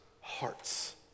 hearts